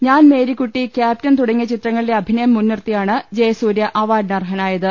ഞാൻ മേരിക്കുട്ടി ക്യാപ്റ്റൻ തുടങ്ങിയ ചിത്രങ്ങളിലെ അഭി നയം മുൻനിർത്തിയാണ് ജയസൂര്യ അവാർഡിന് അർഹനായത്